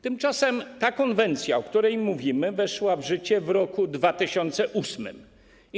Tymczasem ta konwencja, o której mówimy, weszła w życie w roku 2008.